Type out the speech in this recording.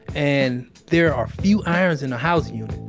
and there are few irons in the house here.